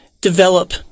develop